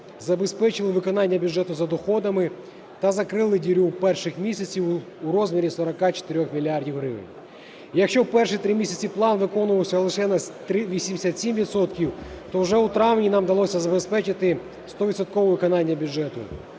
Забезпечили виконання бюджету за доходами та закрили діру перших місяців у розмірі 44 мільярдів гривень. Якщо в перші три місяці план виконувався лише на 87 відсотків, то вже у травні нам вдалося забезпечити стовідсоткове виконання бюджету.